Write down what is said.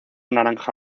naranja